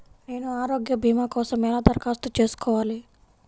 నేను ఆరోగ్య భీమా కోసం ఎలా దరఖాస్తు చేసుకోవాలి?